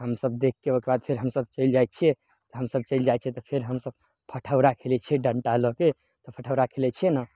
हमसभ देखके ओइके बाद फेर हमसभ चलि जाइ छियै हम सभ चलि जाइ छियै तऽ फेर हमसभ फठोरा खेलय छियै डन्टा लअके फठोरा खेलय छियै नऽ